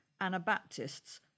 Anabaptists